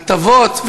הטבות,